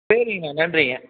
சரிங்கண்ணா நன்றிங்க